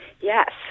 Yes